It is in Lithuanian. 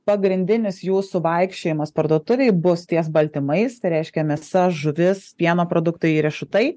pagrindinis jūsų vaikščiojimas parduotuvėj bus ties baltymais tai reiškia mėsa žuvis pieno produktai ir riešutai